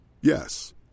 Yes